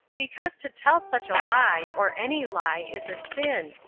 because to tell such a lie, or any lie, is a sin,